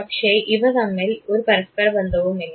പക്ഷേ ഇവ തമ്മിൽ ഒരു പരസ്പര ബന്ധവുമില്ല